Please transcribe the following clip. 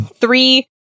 three